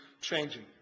changing